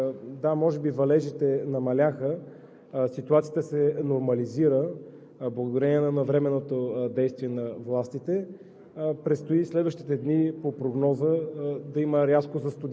Поради тази причина, а и поради причината може би, че валежите намаляха, ситуацията се нормализира благодарение и навременното действие на властите.